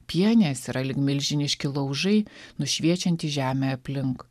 pienės yra lyg milžiniški laužai nušviečiantys žemę aplink